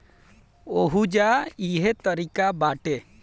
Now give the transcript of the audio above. ओहुजा इहे तारिका बाटे